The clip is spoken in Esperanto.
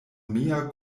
mia